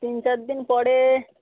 তিন চার দিন পরে